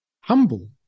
Humble